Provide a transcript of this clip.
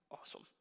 awesome